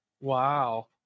Wow